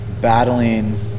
battling